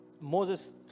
Moses